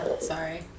sorry